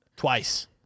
twice